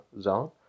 zone